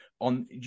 on